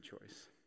choice